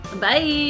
Bye